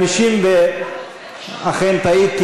אכן טעית,